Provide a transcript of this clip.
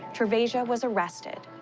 trah'vaeziah was arrested.